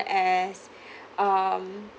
as um